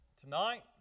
tonight